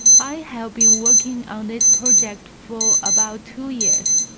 i have been working on this project for about two years,